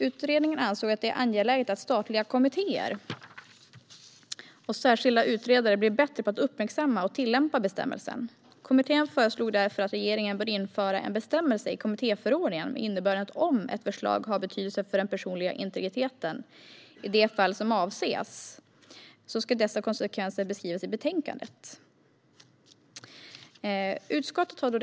Utredaren anser att det är angeläget att statliga kommittéer och särskilda utredare blir bättre på att uppmärksamma och tillämpa bestämmelsen. Kommittén föreslog därför att regeringen ska införa en bestämmelse i kommittéförordningen med innebörden att om ett förslag har betydelse för den personliga integriteten i det fall som avses ska konsekvenserna beskrivas i betänkandet.